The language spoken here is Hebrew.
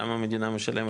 כמה מדינה משלמת לכל יזם.